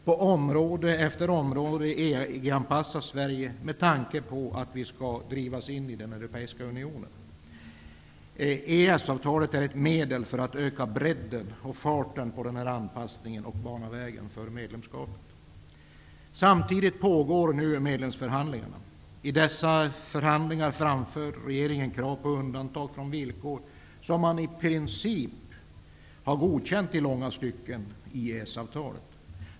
På område efter område EG anpassas Sverige med tanke på att vi skall drivas in i den europeiska unionen. EES-avtalet är ett medel för att öka bredden och farten i denna anpassning för att bana väg för medlemskapet. Samtidigt pågår medlemskapsförhandlingarna. I dessa förhandlingar framför regeringen krav på undantag från villkor som man i princip redan i långa stycken har godkänt i EES-avtalet.